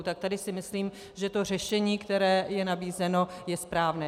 Tak tady si myslím, že to řešení, které je nabízeno, je správné.